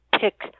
pick